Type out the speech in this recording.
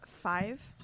Five